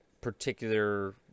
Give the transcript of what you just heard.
particular